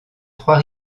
trois